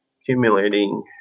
accumulating